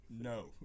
No